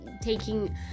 taking